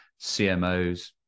CMOs